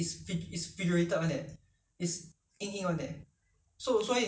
but if ah if it's fresh ah you don't even need to boil or steam it don't need